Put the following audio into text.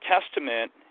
testament